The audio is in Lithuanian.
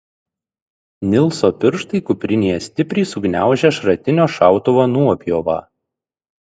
nilso pirštai kuprinėje stipriai sugniaužia šratinio šautuvo nuopjovą